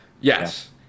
Yes